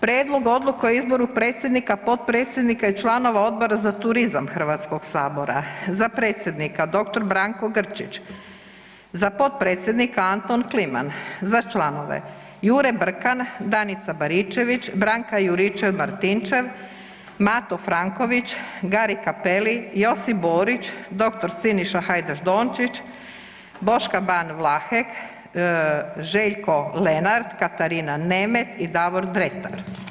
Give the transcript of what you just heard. Prijedlog Odluke o izboru predsjednika, potpredsjednika i članova Odbora za turizam Hrvatskog sabora, za predsjednika dr. Branko Grčić, za potpredsjednika Anton Kliman, za članove Jure Brkan, Danica Baričević, Branka Juričev Martinčev, Mato Franković, Gari Cappelli, Josip Borić, dr. Siniša Hajdaš Dončić, Boška Ban Vlahek, Željko Lenart, Katarina Nemet i Davor Dretar.